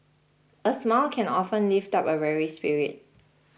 a smile can often lift up a weary spirit